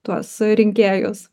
tuos rinkėjus